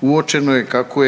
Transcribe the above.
uočeno je kako